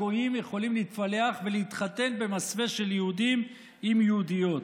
גויים יכולים להתפלח ובמסווה של יהודים להתחתן עם יהודיות.